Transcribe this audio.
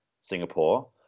Singapore